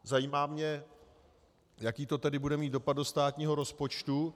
Zajímá mě, jaký to bude mít dopad do státního rozpočtu.